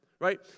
right